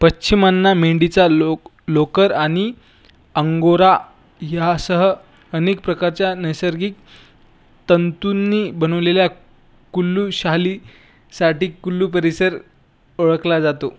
पश्मिना मेंढीची लोकर आणि अंगोरा यासह अनेक प्रकारच्या नैसर्गिक तंतूंनी बनविलेल्या कुल्लू शालीसाठी कुल्लू परिसर ओळखला जातो